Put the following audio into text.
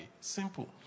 Simple